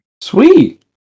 Sweet